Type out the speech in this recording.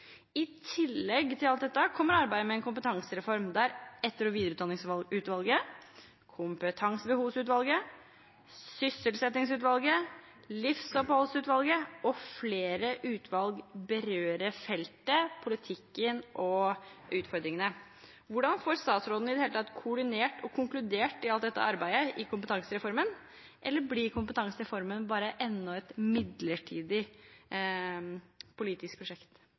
I tillegg til alt dette kommer arbeidet med en kompetansereform der Etter- og videreutdanningsutvalget, Kompetansebehovsutvalget, Sysselsettingsutvalget, Livsoppholdsutvalget og flere andre utvalg berører feltet, politikken og utfordringene. Hvordan får statsråden i det hele tatt koordinert og konkludert i alt dette arbeidet i kompetansereformen? Eller blir kompetansereformen bare enda et midlertidig politisk prosjekt?